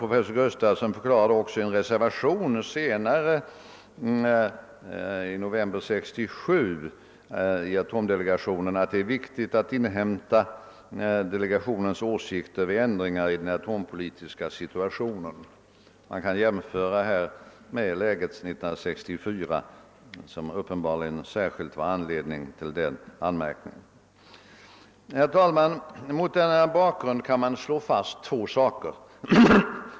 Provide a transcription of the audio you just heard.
Professor Gustafson förklarade också i en reservation i atomdelegationen i november 1967 att det är viktigt att inhämta delegationens åsikter vid ändringar i den atompolitiska situationen. Man kan jämföra med läget 1964 som uppenbarligen var en anledning till den anmärkningen. Herr talman! Mot denna bakgrund kan man slå fast två saker: 1.